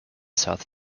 south